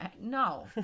No